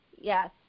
yes